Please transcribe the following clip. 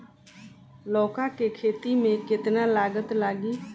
लौका के खेती में केतना लागत लागी?